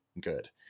good